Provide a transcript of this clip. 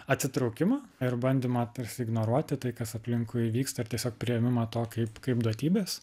atsitraukimą ir bandymą tarsi ignoruoti tai kas aplinkui vyksta ir tiesiog priėmimą to kaip kaip duotybės